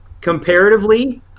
comparatively